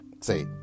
say